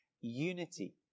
unity